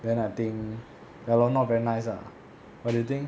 then I think ya lor not very nice ah what do you think